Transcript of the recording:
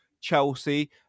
Chelsea